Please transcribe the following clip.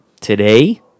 today